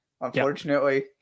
Unfortunately